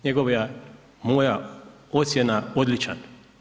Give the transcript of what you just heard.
Njegova, moja ocjena odličan.